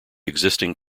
existing